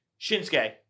Shinsuke